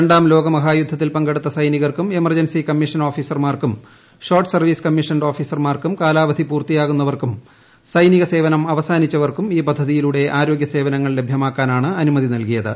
രണ്ടാം ലോകയുദ്ധത്തിൽ പങ്കെടുത്ത സൈനികർക്കും എമർജൻസി കമ്മീഷൻ ഓഫീസർമാർക്കും ഷോർട്ട് സർവ്വീസ് കമ്മീഷൻഡ് ഓഫീസർമാർക്കും കാലാവധി പൂർത്തിയാകുന്നവർക്കും സ്സ്നിനിക സേവനം അവസാനിച്ചവർക്കും ഈ കൃപ്പുക്ചതിയിലൂടെ ആരോഗ്യ സേവനങ്ങൾ ലഭ്യമാക്കാനിറ്റ് അനുമതി നല്കിയത്